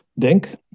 DENK